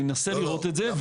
אני אנסה לראות את זה.